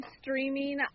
streaming